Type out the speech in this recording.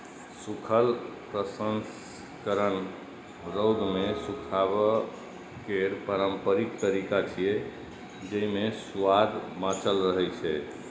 सूखल प्रसंस्करण रौद मे सुखाबै केर पारंपरिक तरीका छियै, जेइ मे सुआद बांचल रहै छै